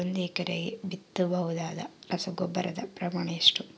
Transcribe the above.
ಒಂದು ಎಕರೆಗೆ ಬಿತ್ತಬಹುದಾದ ರಸಗೊಬ್ಬರದ ಪ್ರಮಾಣ ಎಷ್ಟು?